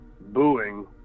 booing